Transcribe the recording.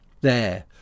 There